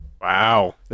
Wow